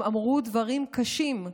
הם אמרו דברים קשים,